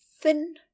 Thin